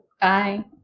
Bye